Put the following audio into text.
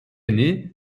année